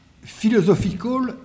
philosophical